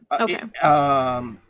Okay